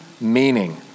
meaning